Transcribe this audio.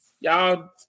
Y'all